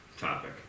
topic